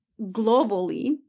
globally